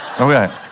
Okay